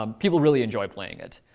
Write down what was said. um people really enjoy playing it.